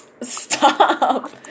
Stop